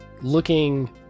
looking